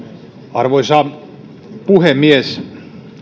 arvoisa puhemies